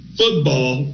football